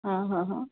हा हा हा